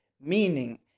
Meaning